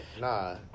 nah